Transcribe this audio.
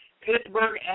Pittsburgh